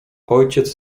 ojciec